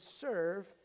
serve